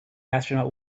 astronaut